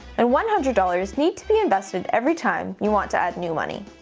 and one hundred dollars needs to be invested every time you want to add new money.